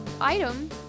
item